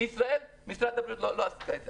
בישראל, משרד הבריאות לא עשה את זה.